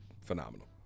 phenomenal